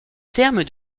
terme